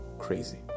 Crazy